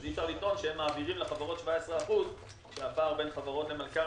אי אפשר לטעון שהם מעבירים לחברות 17% כשהפער בין החברות למלכ"רים